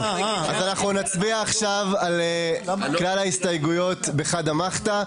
נצביע עכשיו על כלל ההסתייגויות בחדא מחתא,